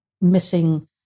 missing